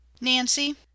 Nancy